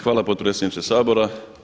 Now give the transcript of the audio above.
Hvala potpredsjedniče Sabora.